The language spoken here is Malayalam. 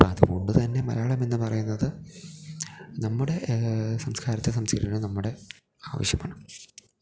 അപ്പം അതുകൊണ്ട് തന്നെ മലയാളമെന്ന് പറയുന്നത് നമ്മുടെ സംസ്കാരത്തെ സംരക്ഷിക്കുന്നത് നമ്മുടെ ആവശ്യമാണ്